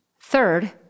Third